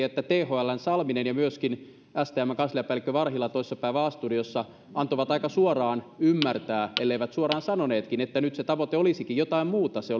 että thln salminen ja myöskin stmn kansliapäällikkö varhila toissapäivän a studiossa antoivat aika suoraan ymmärtää elleivät suoraan sanoneetkin että nyt se tavoite olisikin jotain muuta se